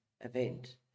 event